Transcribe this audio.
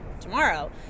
tomorrow